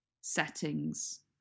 settings